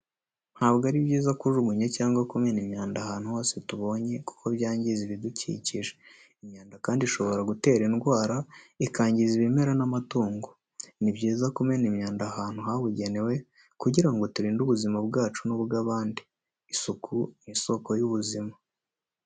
Ntabwo ari byiza kujugunya cyangwa kumena imyanda ahantu hose tubonye kuko byangiza ibidukikije. Imyanda kandi ishobora gutera indwara, ikangiza ibimera n'amatungo. Ni byiza kumena imyanda ahantu habugenewe kugira ngo turinde ubuzima bwacu n'ubw'abandi, isuku ni isoko y'ubuzima.